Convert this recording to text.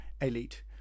elite